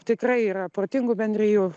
tikrai yra protingų bendrijų